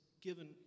given